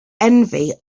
envy